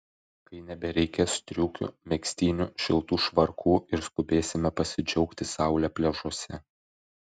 kai nebereikės striukių megztinių šiltų švarkų ir skubėsime pasidžiaugti saule pliažuose